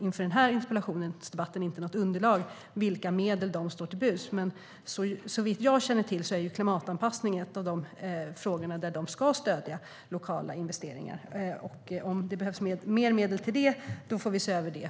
Inför den här interpellationsdebatten har jag inte haft något underlag om vilka medel som står till buds hos MSB, men såvitt jag känner till är klimatanpassning en av de frågor där de ska stödja lokala investeringar. Om det behövs mer medel där får vi se över det.